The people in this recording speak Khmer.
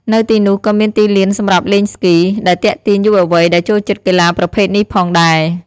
នៅទីនោះក៏មានទីលានសម្រាប់លេងស្គី ដែលទាក់ទាញយុវវ័យដែលចូលចិត្តកីឡាប្រភេទនេះផងដែរ។